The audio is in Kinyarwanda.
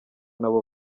nabo